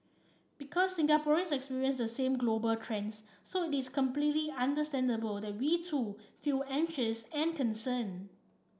because Singaporeans experience the same global trends so it is completely understandable that we too feel anxious and concern